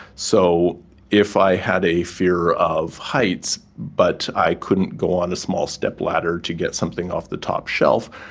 so if i had a fear of heights but i couldn't go on the small step ladder to get something off the top shelf,